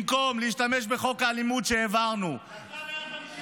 במקום להשתמש בחוק האלימות שהעברנו ולהעניש